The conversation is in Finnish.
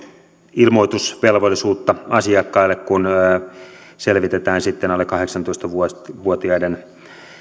ilmoitusvelvollisuutta asiakkaille kun selvitetään sitten alle kahdeksantoista vuotiaiden